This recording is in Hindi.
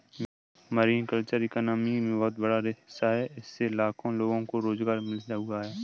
मरीन कल्चर इकॉनमी में बहुत बड़ा हिस्सा है इससे लाखों लोगों को रोज़गार मिल हुआ है